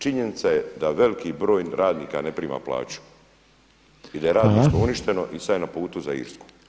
Činjenica je da veliki broj radnika ne prima plaću i da je radništvo uništeno [[Upadica Reiner: Hvala.]] i sad je na putu za Irsku.